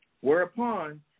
Whereupon